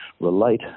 relate